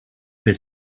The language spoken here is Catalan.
fer